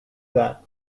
that